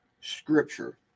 scripture